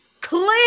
Clear